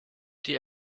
die